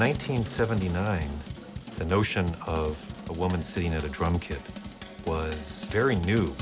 hundred seventy nine the notion of a woman sitting at a drum kit was very new